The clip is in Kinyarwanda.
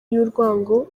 y’urwango